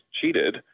cheated